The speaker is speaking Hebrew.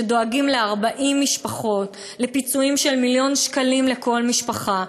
שדואגים ל-40 משפחות לפיצויים של מיליון שקלים לכל משפחה,